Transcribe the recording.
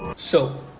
so,